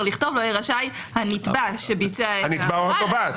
לכתוב: "רשאי הנתבע שביצע את העבירה -- או התובעת.